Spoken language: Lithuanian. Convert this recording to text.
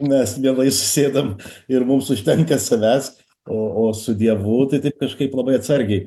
mes mielai susėdam ir mums užtenka savęs o o su dievu tai taip kažkaip labai atsargiai